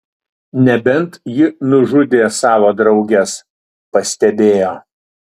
nebent ji nužudė savo drauges pastebėjo